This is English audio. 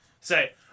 say